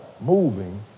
moving